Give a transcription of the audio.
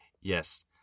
Yes